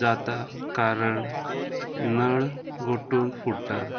जाता कारण नळ गोटून फुडटा